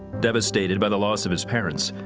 devastated by the loss of his parents,